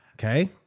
okay